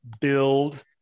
build